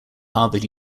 harvard